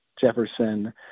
Jefferson